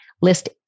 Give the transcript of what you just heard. List